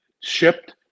shipped